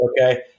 okay